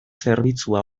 zerbitzua